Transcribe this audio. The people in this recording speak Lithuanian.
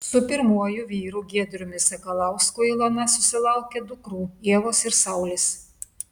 su pirmuoju vyru giedriumi sakalausku ilona susilaukė dukrų ievos ir saulės